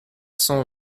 cents